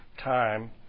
time